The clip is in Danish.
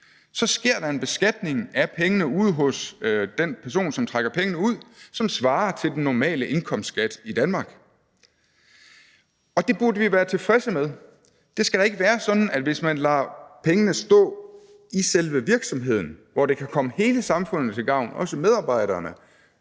sker der en beskatning af pengene ude hos den person, som trækker pengene ud, som svarer til den normale indkomstskat i Danmark, og det burde vi være tilfredse med. Det skal da ikke være sådan, at hvis man lader pengene stå i selve virksomheden, hvor det kan komme hele samfundet til gavn, også medarbejderne,